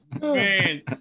man